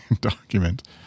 document